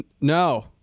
no